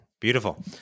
Beautiful